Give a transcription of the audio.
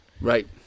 Right